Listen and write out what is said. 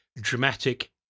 dramatic